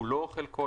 כולו או חלקו,